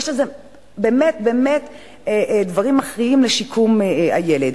אלה דברים מכריעים לשיקום הילד.